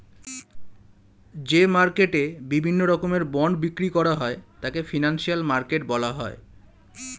যে মার্কেটে বিভিন্ন রকমের বন্ড বিক্রি করা হয় তাকে ফিনান্সিয়াল মার্কেট বলা হয়